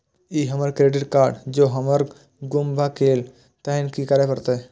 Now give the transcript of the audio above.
ई हमर credit card जौं हमर गुम भ गेल तहन की करे परतै?